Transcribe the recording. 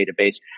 database